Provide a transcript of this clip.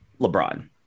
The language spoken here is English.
LeBron